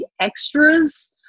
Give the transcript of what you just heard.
extras